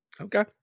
Okay